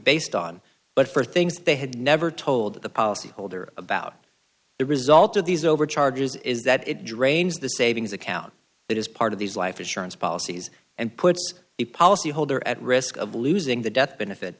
based on but for things they had never told the policyholder about the result of these over charges is that it drains the savings account that is part of these life insurance policies and puts the policyholder at risk of losing the death benefit